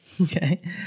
Okay